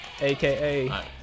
aka